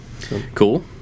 Cool